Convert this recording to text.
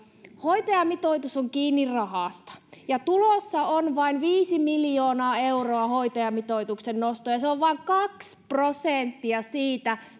hoitajamitoitus on kiinni rahasta ja tulossa on vain viisi miljoonaa euroa hoitajamitoituksen nostoon ja se on vain kaksi prosenttia siitä